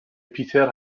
پیتر